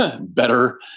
better